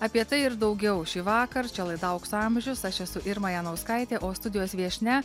apie tai ir daugiau šįvakar čia laida aukso amžiaus aš esu irma janauskaitė o studijos viešnia